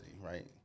right